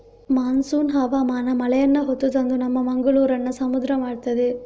monsoon ಹವಾಮಾನ ಮಳೆಯನ್ನ ಹೊತ್ತು ತಂದು ನಮ್ಮ ಮಂಗಳೂರನ್ನ ಸಮುದ್ರ ಮಾಡ್ತದೆ